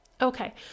okay